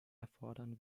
erfordern